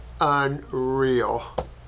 unreal